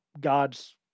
God's